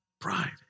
Pride